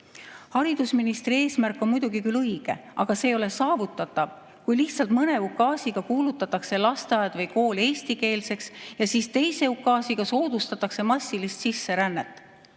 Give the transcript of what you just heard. Haridusministri eesmärk on muidugi küll õige, aga see ei ole saavutatav, kui lihtsalt mõne ukaasiga kuulutatakse lasteaed või kool eestikeelseks ja siis teise ukaasiga soodustatakse massilist sisserännet.